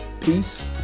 peace